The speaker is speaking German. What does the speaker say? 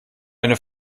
eine